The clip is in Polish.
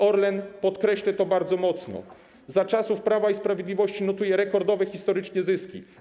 Orlen, podkreślę to bardzo mocno, za czasów Prawa i Sprawiedliwości notuje rekordowe historycznie zyski.